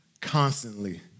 constantly